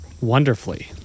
wonderfully